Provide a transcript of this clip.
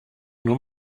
nur